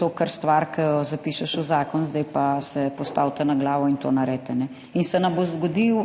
to kar stvar, ki jo zapišeš v zakon, zdaj pa se postavite na glavo in to naredite. In se nam bo zgodil,